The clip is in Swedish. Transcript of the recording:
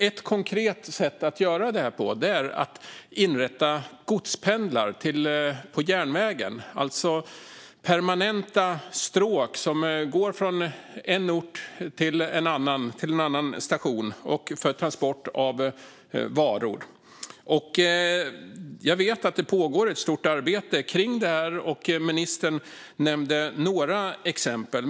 Ett konkret sätt att göra detta vore att inrätta godspendlar på järnvägen. Det skulle vara permanenta stråk som går från en ort till en annan för transport av varor. Jag vet att ett stort arbete med detta pågår. Ministern nämnde några exempel.